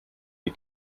die